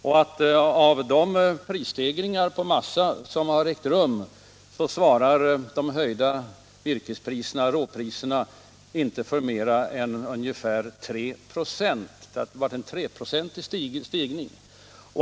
Och av de prisstegringar på massa som har ägt rum svarar de höjda råpriserna på virke inte för mer än ungefär 3 96. Det har alltså varit en treprocentig stegring.